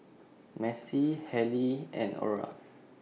Maci Hailey and Orra